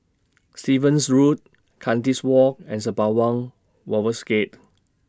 Stevens Road Kandis Walk and Sembawang Wharves Gate